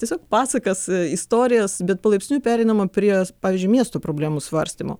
tiesiog pasakas istorijas bet palaipsniui pereinama prie pavyzdžiui miesto problemų svarstymo